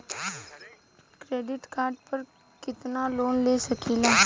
Credit card पर कितनालोन ले सकीला?